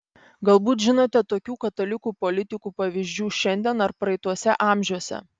galbūt žinote tokių katalikų politikų pavyzdžių šiandien ar praeituose amžiuose